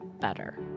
better